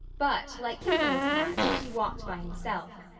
but, like kipling's cat, he walked by himself.